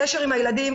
קשר עם הילדים,